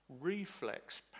reflex